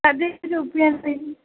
कति रूप्यकाणि